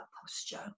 posture